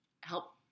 help